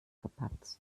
verpatzt